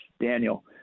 Daniel